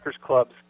clubs